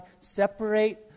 separate